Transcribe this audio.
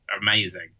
amazing